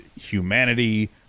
humanity